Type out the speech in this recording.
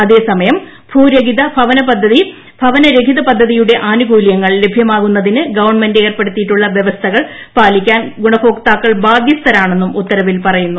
അതേസമയം ഭൂരഹിത ഭവനരഹിത പദ്ധതിയുടെ ആനുകൂല്യ ങ്ങൾ ലഭ്യമാകുന്നതിന് ഗവൺമെന്റ് ഏർപ്പെടുത്തിയിട്ടുള്ള വ്യവസ്ഥ കൾ പാലിക്കാൻ ഗുണഭോക്താക്കൾ ബാധ്യസ്ഥരാണെന്നും ഉത്തര വിൽ പറയുന്നു